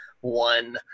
one